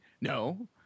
No